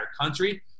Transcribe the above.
country